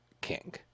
King